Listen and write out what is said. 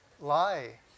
lie